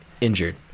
injured